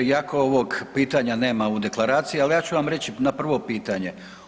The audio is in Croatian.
Iako ovog pitanja nema u deklaraciji, al ja ću vam reći na prvo pitanje.